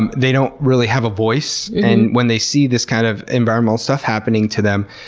and they don't really have a voice and when they see this kind of environmental stuff happening to them,